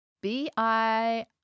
B-I